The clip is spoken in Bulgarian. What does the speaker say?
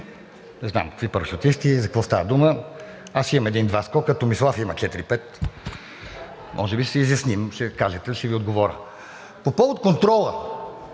не знам. Какви парашутисти, за какво става дума?! Имам един-два скока, Томислав има четири-пет. Може би ще се изясним. Ще кажете, ще Ви отговоря. По повод контрола